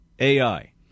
AI